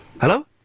Hello